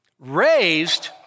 Raised